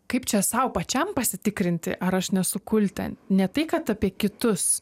kaip čia sau pačiam pasitikrinti ar aš nesu kulte ne tai kad apie kitus